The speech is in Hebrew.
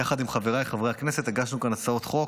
יחד עם חבריי חברי הכנסת הגשנו כאן הצעות חוק,